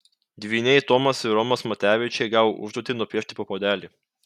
dvyniai tomas ir romas matevičiai gavo užduotį nupiešti po puodelį